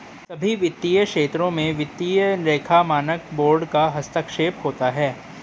सभी वित्तीय क्षेत्रों में वित्तीय लेखा मानक बोर्ड का हस्तक्षेप होता है